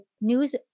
news